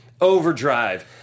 Overdrive